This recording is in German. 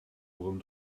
wurm